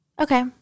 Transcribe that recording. okay